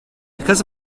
because